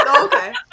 okay